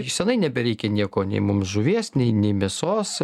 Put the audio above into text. iš senai nebereikia nieko nei mum žuvies nei nei mėsos